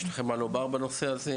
יש לכם מה לומר בנושא הזה?